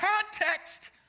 context